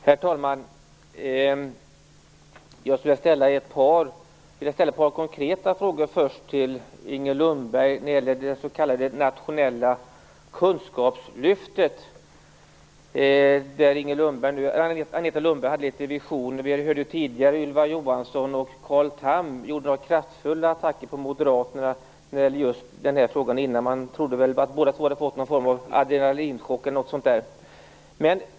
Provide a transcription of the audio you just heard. Herr talman! Jag skulle vilja ställa ett par konkreta frågor till Agneta Lundberg när det gäller det s.k. nationella kunskapslyftet, kring vilket Agneta Lundberg hade en del visioner. Vi hörde tidigare Ylva Johansson och Carl Tham göra kraftfulla attacker på Moderaterna i just den här frågan. Det var så att man trodde att båda två hade fått en adrenalinchock eller något liknande.